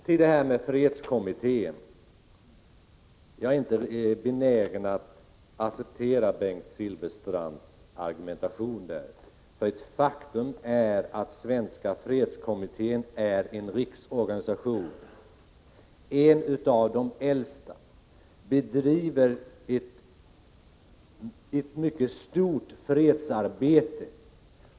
Sedan vill jag säga att jag inte är benägen att acceptera Bengt Silfverstrands argumentation i fråga om Svenska fredskommittén. Faktum är att Svenska fredskommittén är en riksorganisation, en av de äldsta, och att den bedriver ett mycket stort fredsarbete.